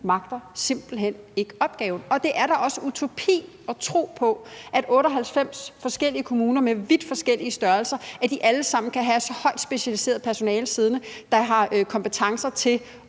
magter simpelt hen ikke opgaven, og det er da også utopi at tro på, at 98 forskellige kommuner med vidt forskellige størrelser alle sammen kan have så højt specialiseret personale siddende, der har kompetencer til